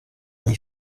iyi